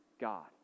God